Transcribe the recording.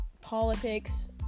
politics